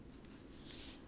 ah